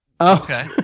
Okay